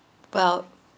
well